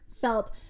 felt